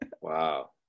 Wow